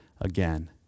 again